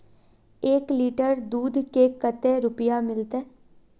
एक लीटर दूध के कते रुपया मिलते?